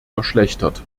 verschlechtert